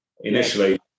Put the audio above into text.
initially